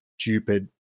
stupid